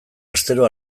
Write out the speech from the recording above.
astero